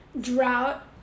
drought